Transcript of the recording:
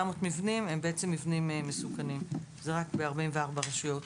מבנים הם מבנים מסוכנים וזה רק ב-44 רשויות.